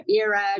era